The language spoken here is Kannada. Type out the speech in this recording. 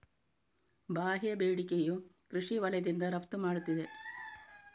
ಬಾಹ್ಯ ಬೇಡಿಕೆಯು ಕೃಷಿ ವಲಯದಿಂದ ರಫ್ತು ಮಾಡುತ್ತಿದೆ